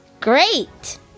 great